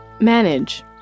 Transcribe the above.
Manage